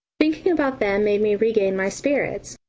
thinking about them made me regain my spirits,